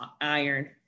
iron